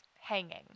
hanging